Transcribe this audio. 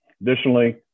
Additionally